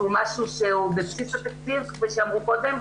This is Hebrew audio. זה משהו שהוא בבסיס התקציב כפי שאמרו קודם,